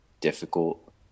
difficult